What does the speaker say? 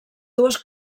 dues